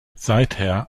seither